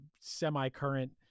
semi-current